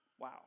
Wow